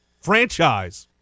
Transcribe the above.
franchise